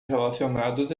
relacionados